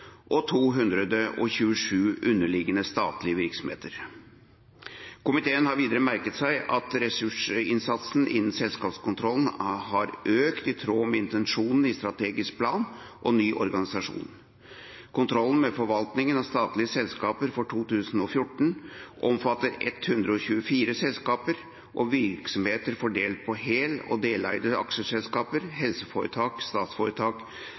og 227 underliggende statlige virksomheter. Komiteen har videre merket seg at ressursinnsatsen innen selskapskontrollen har økt i tråd med intensjonene i strategisk plan og ny organisasjon. Kontrollen med forvaltningen av statlige selskaper for 2014 omfattet 124 selskaper og virksomheter fordelt på hel- og deleide aksjeselskaper, helseforetak, statsforetak,